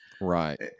Right